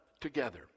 together